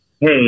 hey